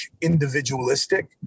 individualistic